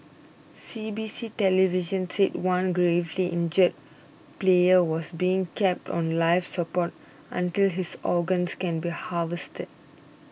C B C television said one gravely injured player was being kept on life support until his organs can be harvested